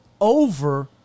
over